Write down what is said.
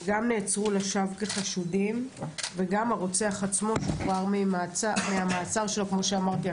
הם גם נעצרו לשווא כחשודים וגם הרוצח עצמו שוחרר מהמעצר שלו כמו שאמרתי,